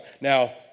Now